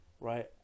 Right